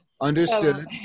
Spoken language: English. Understood